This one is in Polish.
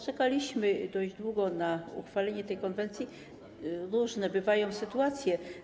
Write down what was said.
Czekaliśmy dość długo na uchwalenie tej konwencji, a różne bywają sytuacje.